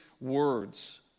words